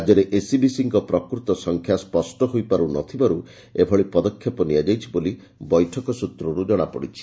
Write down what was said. ରାଜ୍ୟରେ ଏସ୍ଇବିସିଙ୍କ ପ୍ରକୃତ ସଂଖ୍ୟା ସ୍ୱଷ୍ ହୋଇପାରୁ ନଥିବାରୁ ଏଭଳି ପଦକ୍ଷେପ ନିଆଯାଇଛି ବୋଲି ବୈଠକ ସ୍ ତ୍ରରୁ ଜଣାପଡ଼ିଛି